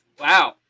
Wow